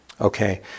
Okay